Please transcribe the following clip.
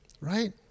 right